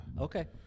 Okay